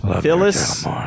Phyllis